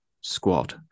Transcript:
squad